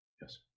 Yes